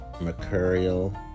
mercurial